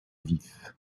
vifs